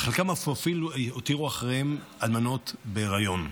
וחלקם אפילו הותירו אחריהם אלמנות בהיריון.